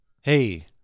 hey